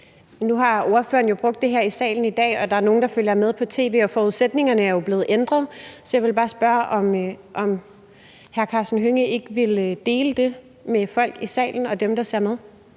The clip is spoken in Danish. Nu har ordføreren jo brugt det her i salen i dag. Der er nogle, der følger med på tv, og forudsætningerne er jo blevet ændret, så jeg vil bare spørge, om hr. Karsten Hønge ikke vil dele det med folk i salen og med dem, der ser med.